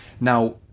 Now